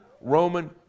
Roman